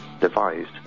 devised